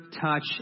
touch